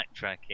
backtracking